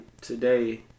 today